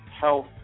health